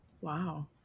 Wow